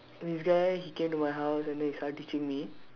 this guy he came to my house and then he started teaching me